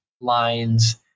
lines